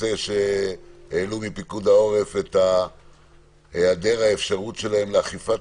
העלו מפיקוד העורף את היעדר האפשרות שלהם לאכיפת